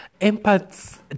Empaths